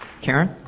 karen